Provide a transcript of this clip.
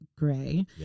Gray